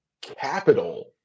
capital